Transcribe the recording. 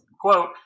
quote